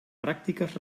pràctiques